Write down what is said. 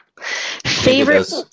Favorite